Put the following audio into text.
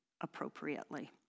appropriately